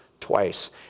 twice